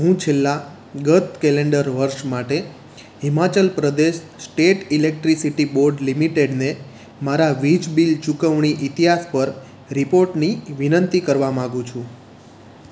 હું છેલ્લા ગત કેલેન્ડર વર્ષ માટે Himachal Pradesh state electricity board લિમિટેડને મારા વીજ બિલ ચુકવણી ઇતિહાસ પર રિપોર્ટની વિનંતી કરવા માગું છું